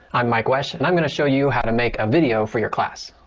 i'm mike wesch. and i'm going to show you how to make a video for your class.